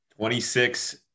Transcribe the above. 26